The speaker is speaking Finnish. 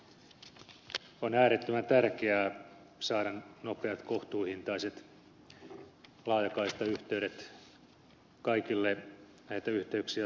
on äärettömän tärkeää saada nopeat kohtuuhintaiset laajakaistayhteydet kaikille näitä yhteyksiä tarvitseville